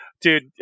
dude